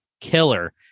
killer